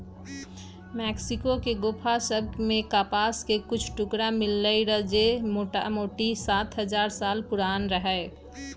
Mexico के गोफा सभ में कपास के कुछ टुकरा मिललइ र जे मोटामोटी सात हजार साल पुरान रहै